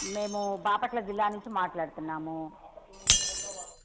మేము బాపట్ల జిల్లా నుంచి మాట్లాడుతున్నాము